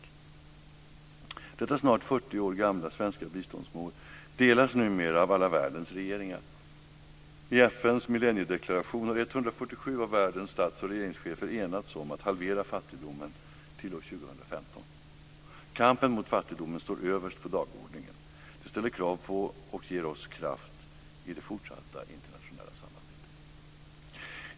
Detta snart 40 år gamla svenska biståndsmål delas numera av alla världens regeringar. I FN:s millenniedeklaration har 147 av världens stats och regeringschefer enats om att halvera fattigdomen till år 2015. Kampen mot fattigdomen står överst på dagordningen. Det ställer krav på och ger oss kraft i det fortsatta internationella samarbetet.